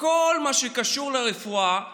כל מה שקשור לרפואה כיום,